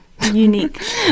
unique